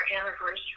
anniversary